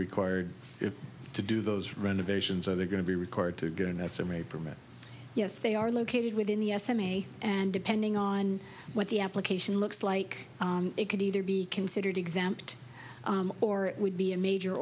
required to do those renovations are they going to be required to get an estimate permit yes they are located within the estimate and depending on what the application looks like it could either be considered exempt or it would be a major